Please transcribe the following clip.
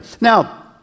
Now